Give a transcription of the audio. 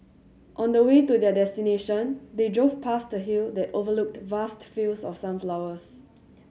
on the way to their destination they drove past a hill that overlooked vast fields of sunflowers